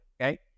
Okay